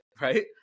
Right